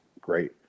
Great